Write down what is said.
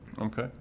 Okay